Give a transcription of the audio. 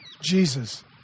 Jesus